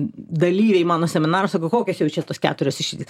dalyviai mano seminarų sako kokios jau čia tos keturios išeitys